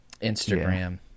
Instagram